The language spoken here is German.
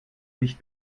nicht